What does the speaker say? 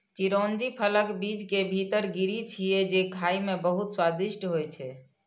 चिरौंजी फलक बीज के भीतर गिरी छियै, जे खाइ मे बहुत स्वादिष्ट होइ छै